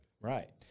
Right